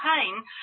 pain